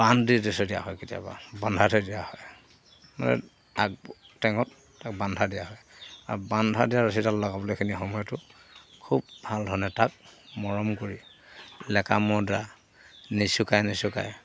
বান্ধ দিছে দিয়া হয় কেতিয়াবা বান্ধা থৈ দিয়া হয় মানে তাক টেঙত তাক বান্ধা দিয়া হয় আৰু বান্ধা দিয়া ৰছীডাল লগাবলেখিনি সময়টো খুব ভাল ধৰণে তাক মৰম কৰি লেকামৰ দ্বাৰা নিচুকাই নিচুকাই